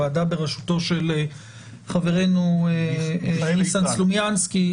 הוועדה בראשותו של חברנו ניסן סלומינסקי.